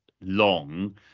long